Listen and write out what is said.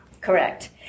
Correct